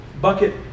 Bucket